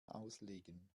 auslegen